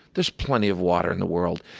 there's plenty of water in the world.